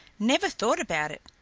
never thought about it.